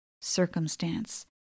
circumstance